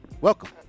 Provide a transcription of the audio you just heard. Welcome